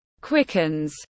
quickens